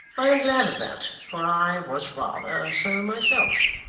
i am glad of that, for i was rather so myself.